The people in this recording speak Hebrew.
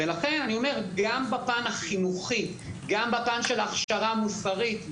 לכן, גם בפן החינוכי, גם בפן של ההכשרה המוסרית.